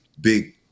big